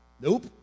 Nope